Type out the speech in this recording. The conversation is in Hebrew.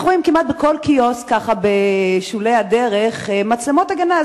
אנחנו רואים כמעט בכל קיוסק בשולי דרך מצלמות הגנה.